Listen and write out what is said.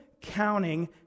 counting